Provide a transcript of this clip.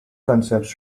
concepts